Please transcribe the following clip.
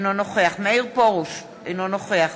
אינו נוכח מאיר פרוש, אינו נוכח